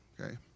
Okay